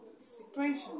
situation